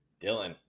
dylan